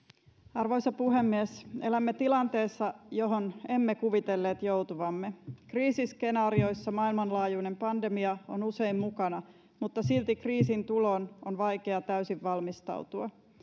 arvoisa puhemies elämme tilanteessa johon emme kuvitelleet joutuvamme kriisiskenaarioissa maailmanlaajuinen pandemia on usein mukana mutta silti kriisin tuloon on vaikea täysin valmistautua